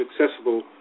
accessible